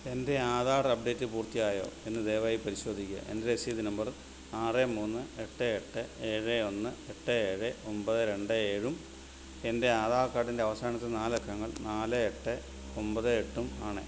എൻ്റെ ആധാർ അപ്ഡേറ്റ് പൂർത്തിയായോ എന്ന് ദയവായി പരിശോധിക്കുക എൻ്റെ രസീത് നമ്പർ ആറ് മൂന്ന് എട്ട് എട്ട് ഏഴ് ഒന്ന് എട്ട് ഏഴ് ഒമ്പത് രണ്ട് ഏഴും എൻ്റെ ആധാർ കാർഡിൻ്റെ അവസാനത്തെ നാലക്കങ്ങൾ നാല് എട്ട് ഒമ്പത് എട്ടും ആണ്